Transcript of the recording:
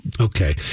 Okay